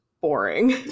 boring